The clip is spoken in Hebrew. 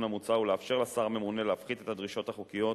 המוצע ולאפשר לשר הממונה להפחית את הדרישות החוקיות